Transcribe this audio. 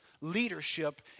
leadership